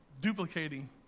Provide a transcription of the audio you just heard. duplicating